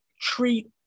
treat